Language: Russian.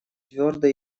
твердо